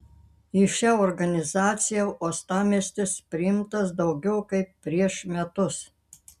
į šią organizaciją uostamiestis priimtas daugiau kaip prieš metus